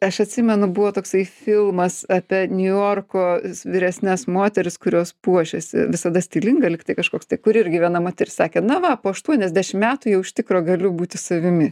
aš atsimenu buvo toksai filmas apie niujorko vyresnes moteris kurios puošiasi visada stilinga lygtai kažkoks tai kur irgi viena moteris sakė na va po aštuoniasdešim metų jau iš tikro galiu būti savimi